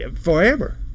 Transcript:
forever